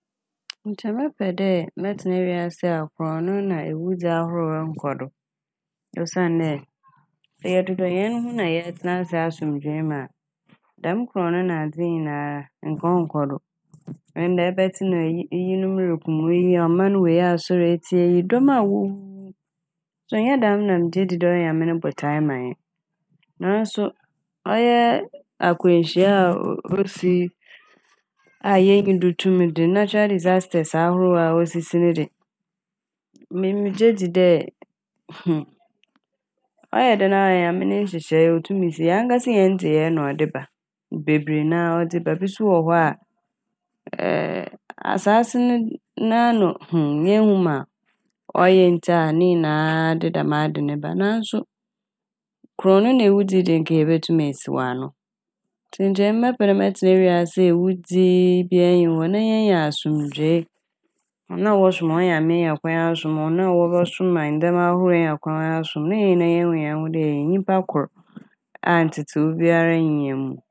Nkyɛ mɛpɛ dɛ mɛtsena wiase a krɔno na ewudzi ahorow nnkɔ do osiandɛ sɛ yɛdodɔ hɛn ho na yɛtsena ase wɔ asomdwee mu a dɛm krɔno na adze nyinaa nka ɔnnkɔ do. Ndɛ ɛbɛtse na iyi-iyinom roko ma oyi ɔman wei asoɛr etsia ɔman eyi dɔm a wowuwu nso ɔnnyɛ dɛm na migyedzi dɛ Nyame ɔyɛ Nyame no botae ma hɛn. Naaso ɔyɛɛ akwanhyia a osi a yennyi do tumi de" natural disasters" ahorow a osisi ne de me- megye dzi dɛ ɔyɛ dɛn ara a ɔyɛ Nyame ne nhyehyɛe otum si. Hɛn ankasa hɛn ndzeyɛɛ na ɔde ba bebree naa ɔdze ba. Bi so wɔ hɔ a ɛɛ, asaase ne- n'ano Yennhu ma ɔyɛe ntsi a ne nyinaa a de dɛm ade no de ba naaso krɔno na ewudzi dze nka yebotum esiw ano ntsi nkyɛ emi mɛpɛ dɛ mɛtsena wiase a ewudzi bia nnyi hɔ na yeenya asomdwee. Na hɔn a wɔsom hɔn Nyame enya kwan asom, hɔn a wɔbɔsom ndzɛma ahorow enya kwan wɔasom na hɛn nyinaa yehu hɛn ho dɛ yɛyɛ nyimpa kor a ntsetsewee biara nnyi hɛn mu.